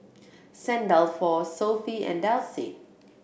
Saint Dalfour Sofy and Delsey